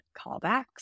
callbacks